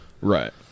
Right